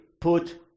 put